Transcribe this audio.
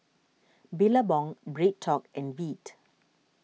Billabong BreadTalk and Veet